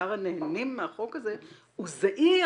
מספר הנהנים מהחוק הזה הוא זעיר.